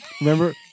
Remember